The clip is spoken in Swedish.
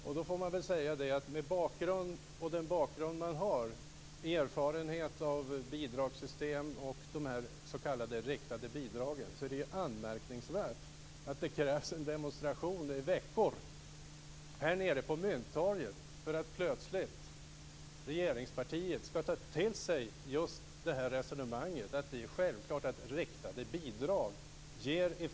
Med tanke på den erfarenhet som man har av bidragssystem och s.k. riktade bidrag är det anmärkningsvärt att det krävs demonstrationer i veckor på Mynttorget för att regeringspartiet plötsligt skall ta till sig resonemanget om effekterna av riktade bidrag.